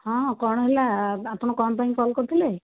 ହଁ କ'ଣ ହେଲା ଆପଣ କ'ଣ ପାଇଁ କଲ କରିଥିଲେ